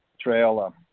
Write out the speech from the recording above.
trail